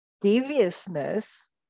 deviousness